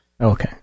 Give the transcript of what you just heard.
Okay